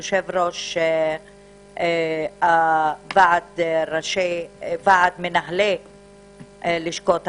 יושב-ראש ועד מנהלי לשכות הרווחה,